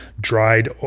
Dried